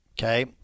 Okay